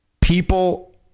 People